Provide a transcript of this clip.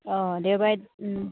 অঁ দেওবাৰে